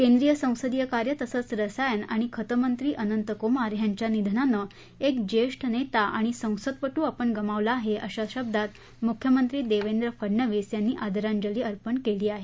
केंद्रीय संसदीय कार्य तसेच रसायन व खते मंत्री अनंत कुमार यांच्या निधनाने एक ज्येष्ठ नेता आणि संसदपटू आपण गमावला आहे अशा शब्दात मुख्यमंत्री देवेंद्र फडनवीस यांनी आदरांजली अर्पण केली आहे